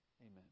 Amen